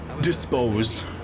dispose